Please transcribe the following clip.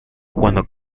cuando